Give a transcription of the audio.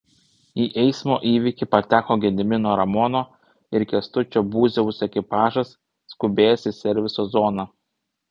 į eismo įvykį pateko gedimino ramono ir kęstučio būziaus ekipažas skubėjęs į serviso zoną